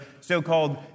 so-called